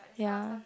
ya